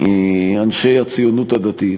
אנשי הציונות הדתית,